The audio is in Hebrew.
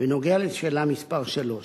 בנוגע לשאלה מס' 3,